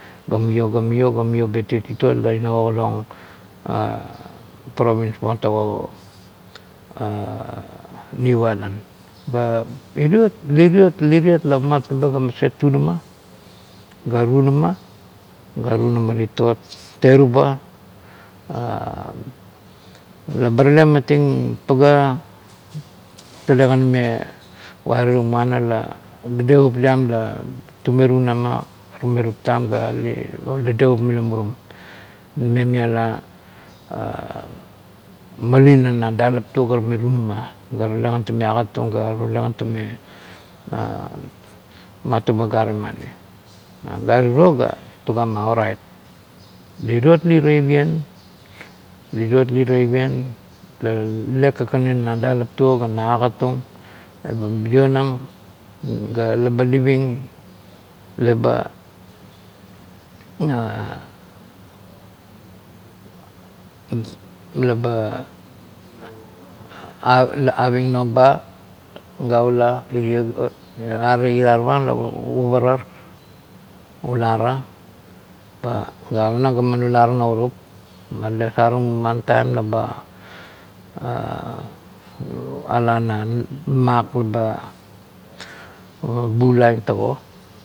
Ga muio ga muio bet meng titot ta ina ogalaong provins buong tago niu ailan ga liriot liriot tiret laomatliba ga maset tunama ga runama ga runama titot teruba le ba tale meting paga tale kan tume warirung niuona la dadevup liam lo tuna tume tuplam ga dedevup mila murunan umelialam malina na dalap tu ga tiore itunaa ga tale kan tume agatitung matuba gare mani gare rio ga tugama orait. Liriot li tavien, le kakanin na dalep tuo ga na ogat tuong ga leba lionavig ga leba living leba leba aving noba ga ula are irarung la uvarar ulare govavana la ulava laiulara lourup pa tale saverung man tai leba ala na mak leba obulang tago.